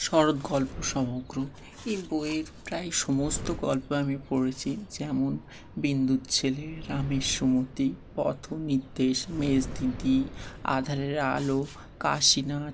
শরৎ গল্প সমগ্র এই বইয়ের প্রায় সমস্ত গল্প আমি পড়েছি যেমন বিন্দুর ছেলে রামেশ্বর মূর্তি পথ নির্দেশ মেজ দিদি আধারের আলো কাশিনাথ